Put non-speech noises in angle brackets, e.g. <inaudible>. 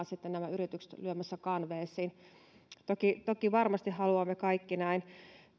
<unintelligible> sitten nämä yritykset lyömässä kanveesiin toki toki varmasti haluamme kaikki näin